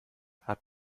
hat